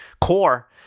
core